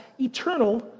eternal